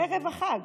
ערב החג.